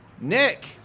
Nick